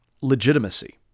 legitimacy